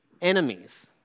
enemies